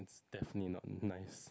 definitely not nice